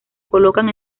colocan